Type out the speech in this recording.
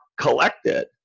collected